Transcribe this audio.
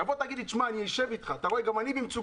תגיד לי: אשב אתך, אתה יודע שגם אני במצוקה.